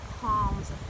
palms